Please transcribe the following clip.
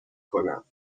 کنم